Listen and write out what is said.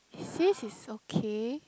insist he's okay